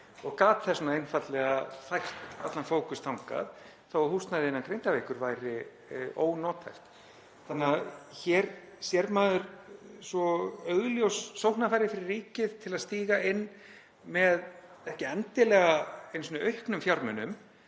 og gat þess vegna einfaldlega fært allan fókus þangað þó að húsnæði innan Grindavíkur væri ónothæft, þannig að hér sér maður svo augljós sóknarfæri fyrir ríkið til að stíga inn með ekki endilega einu sinni aukna fjármuni